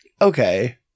okay